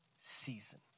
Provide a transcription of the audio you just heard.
season